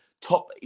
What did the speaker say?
top